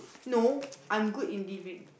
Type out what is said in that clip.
no I'm good in deliverng